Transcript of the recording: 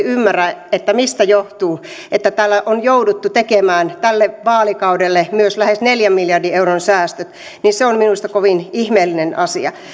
ymmärrä mistä johtuu että täällä on jouduttu tekemään tälle vaalikaudelle myös lähes neljän miljardin euron säästöt niin se on minusta kovin ihmeellinen asia